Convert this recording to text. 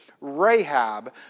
Rahab